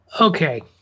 okay